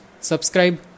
subscribe